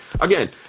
Again